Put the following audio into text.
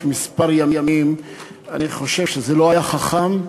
אני חושב שזה לא היה חכם,